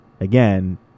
again